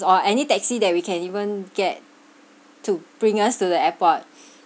or any taxi that we can even get to bring us to the airport